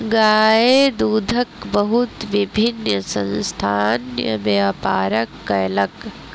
गाय दूधक बहुत विभिन्न संस्थान व्यापार कयलक